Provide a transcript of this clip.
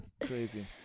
Crazy